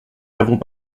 n’avons